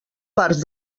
parts